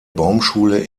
baumschule